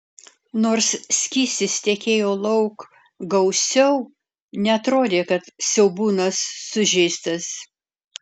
nors skystis tekėjo lauk gausiau neatrodė kad siaubūnas sužeistas